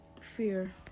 fear